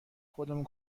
خودمون